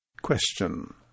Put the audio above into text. question